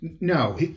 no